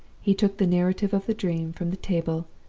he took the narrative of the dream from the table,